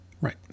Right